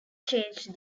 changed